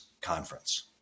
conference